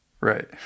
right